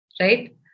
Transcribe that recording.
Right